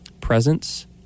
presence